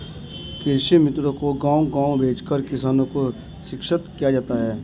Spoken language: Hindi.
कृषि मित्रों को गाँव गाँव भेजकर किसानों को शिक्षित किया जाता है